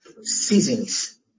Seasons